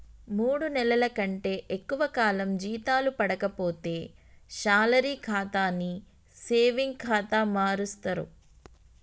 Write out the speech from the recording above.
మూడు నెలల కంటే ఎక్కువ కాలం జీతాలు పడక పోతే శాలరీ ఖాతాని సేవింగ్ ఖాతా మారుస్తరు